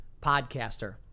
Podcaster